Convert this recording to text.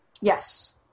Yes